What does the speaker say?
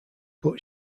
but